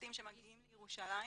הצרפתים שמגיעים לירושלים,